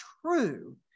true